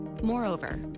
Moreover